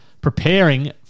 preparing